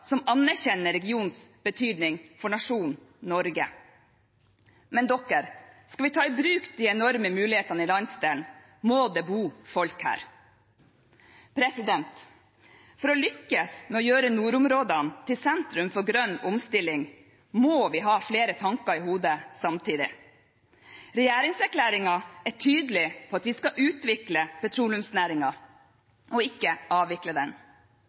som anerkjenner regionens betydning for nasjonen Norge, men skal vi ta i bruk de enorme mulighetene i landsdelen, må det bo folk her. For å lykkes med å gjøre nordområdene til sentrum for grønn omstilling må vi ha flere tanker i hodet samtidig. Regjeringserklæringen er tydelig på at vi skal utvikle petroleumsnæringen og ikke avvikle den.